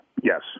Yes